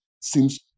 seems